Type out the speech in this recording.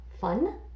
fun